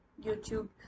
YouTube